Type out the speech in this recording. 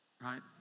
Right